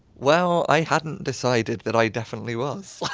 well, i hadn't decided that i definitely was.